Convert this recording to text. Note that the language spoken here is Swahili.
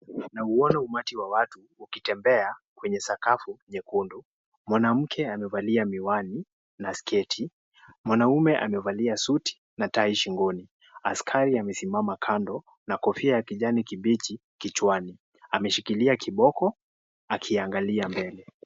Nauona umati wa watu ukitembea kwenye sakafu nyekundu. Mwanamke amevalia miwani na sketi, mwanaume amevalia suti na tai shingoni. Askari amesimama kando na kofia ya kijani kibichi kichwani. Ameshikilia kiboko akiangalia mbele.